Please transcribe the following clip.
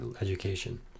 education